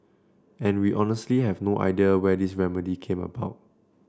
and we honestly have no idea where this remedy came about